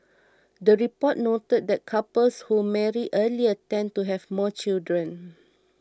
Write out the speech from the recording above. the report noted that couples who marry earlier tend to have more children